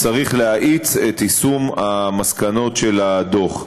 וצריך להאיץ את יישום המסקנות של הדוח.